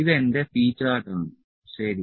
ഇത് എന്റെ P chart ആണ് ശരി